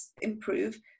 improve